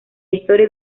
historia